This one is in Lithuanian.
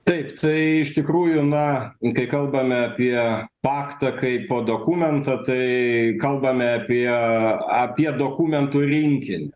taip tai iš tikrųjų na kai kalbame apie paktą kaip dokumentą tai kalbame apie apie dokumentų rinkinį